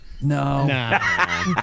No